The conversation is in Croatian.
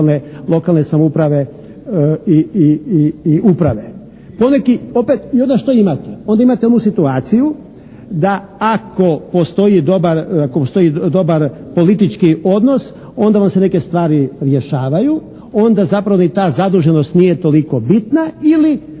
lokalne samouprave i uprave. Poneki opet, i onda što imate? Onda imate onu situaciju da ako postoji dobar, ako postoji dobar politički odnos onda vam se neke stvari rješavaju. Onda zapravo ni ta zaduženost nije toliko bitna ili